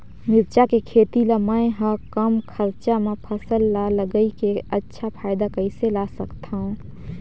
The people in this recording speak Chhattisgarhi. मिरचा के खेती ला मै ह कम खरचा मा फसल ला लगई के अच्छा फायदा कइसे ला सकथव?